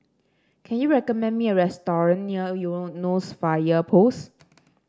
can you recommend me a restaurant near Eunos Fire Post